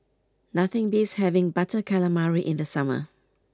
nothing beats having Butter Calamari in the summer